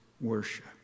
worship